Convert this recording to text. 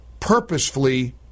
Purposefully